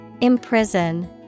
Imprison